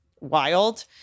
wild